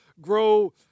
grow